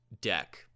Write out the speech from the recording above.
deck